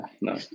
No